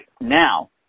now